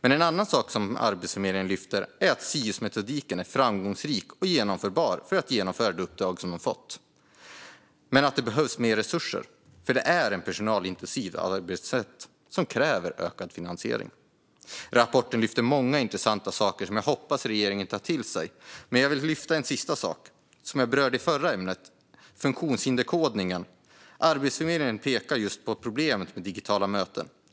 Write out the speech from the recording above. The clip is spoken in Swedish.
En annan sak som Arbetsförmedlingen lyfter fram är att SIUS-metodiken är framgångsrik och genomförbar för att genomföra det uppdrag som man fått men att det behövs mer resurser. Det är ett personalintensivt arbetssätt som kräver ökad finansiering. Rapporten lyfter fram många intressanta saker som jag hoppas att regeringen tar till sig, men jag vill lyfta upp en sista sak som jag berörde i mitt förra inlägg, nämligen funktionshinderskodningen. Arbetsförmedlingen pekar på just problemet med digitala möten.